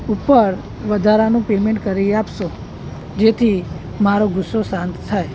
ઉપર વધારાનું પેમેન્ટ કરી આપશો જેથી મારો ગુસ્સો શાંત થાય